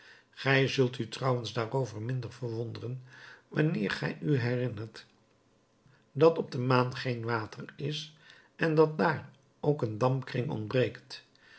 gij zult u trouwens daarover minder verwonderen wanneer gij u herinnert dat op de maan geen water is en dat daar ook een dampkring ontbreekt